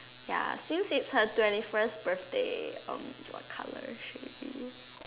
ya since it's her twenty first birthday um what colour should we